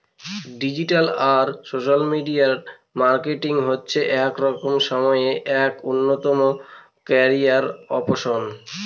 digital আর social media marketing হচ্ছে এখনকার সময়ে এক অন্যতম ক্যারিয়ার অপসন